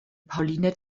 pauline